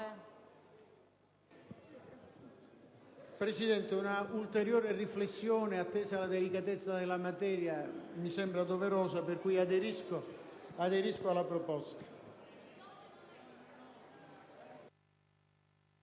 Presidente, un'ulteriore riflessione, attesa la delicatezza della materia, mi sembra doverosa. Pertanto, aderisco alla proposta